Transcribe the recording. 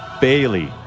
Bailey